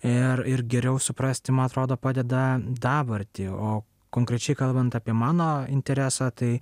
ir ir geriau suprasti man atrodo padeda dabartį o konkrečiai kalbant apie mano interesą tai